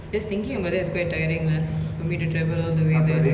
just thinking about that is quite tiring lah for me to travel all the way there